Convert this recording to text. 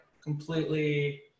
completely